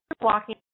walking